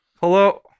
Hello